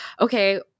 okay